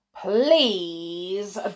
please